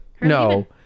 No